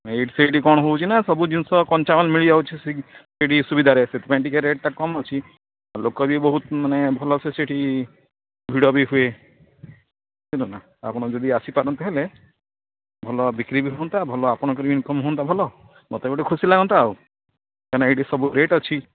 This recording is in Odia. ଏଇଠି ସେଇଠି କ'ଣ ହେଉଛି ନା ସବୁ ଜିନିଷ କଞ୍ଚାମାଲ ମିଳିଯାଉଛି ସେଇଠି ସୁବିଧାରେ ସେଥିପାଇଁ ଟିକେ ରେଟ୍ ଟା କମ୍ ଅଛି ଲୋକ ବି ବହୁତ ମାନେ ଭଲସେ ସେଇଠି ଭିଡ଼ ବି ହୁଏ ଆପଣ ଯଦି ଆସିପାରନ୍ତେ ହେଲେ ଭଲ ବିକ୍ରି ବି ହୁଅନ୍ତା ଭଲ ଆପଣଙ୍କର ବି ଇନ୍କମ୍ ହୁଅନ୍ତା ଭଲ ମୋତେ ଗୋଟେ ଖୁସି ଲାଗନ୍ତା ଆଉ କାହିଁକିନା ଏଇଠି ସବୁ ରେଟ୍ ଅଛି